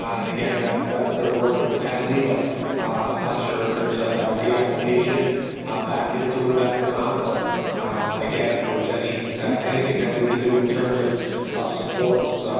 and again, that's that's they're work independently, but i'm not sure if there was a reapplication back into invest or not. but again, if there was anything that we could do in terms of of supports,